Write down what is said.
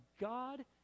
god